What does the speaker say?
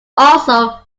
also